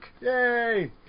Yay